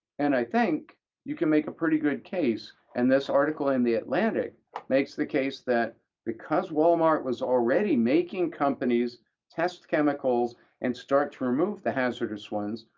and i think you can make a pretty good case, and this article in the atlantic makes the case that because walmart was already making companies test chemicals and start to remove the hazardous ones,